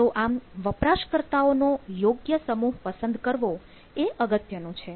તો આમ વપરાશકર્તાઓનો યોગ્ય સમૂહ પસંદ કરવો એ અગત્યનું છે